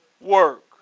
work